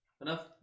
Enough